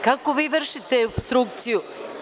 Kako vi vršite opstrukciju.